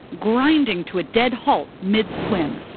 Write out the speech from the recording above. grinding to a dead halt, mid-swim.